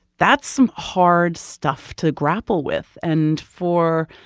that's some hard stuff to grapple with. and for